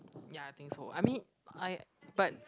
yeah I think so I mean I